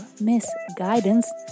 misguidance